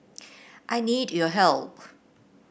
I need your help